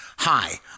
Hi